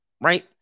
right